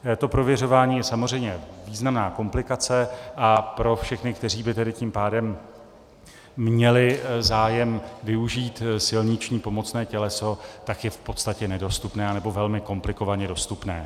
To prověřování je samozřejmě významná komplikace a pro všechny, kteří by tím pádem měli zájem využít silniční pomocné těleso, je v podstatě nedostupné anebo velmi komplikovaně dostupné.